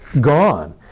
Gone